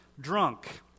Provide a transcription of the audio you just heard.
drunk